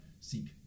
seek